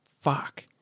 fuck